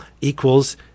equals